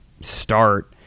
start